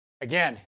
again